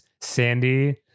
sandy